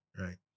right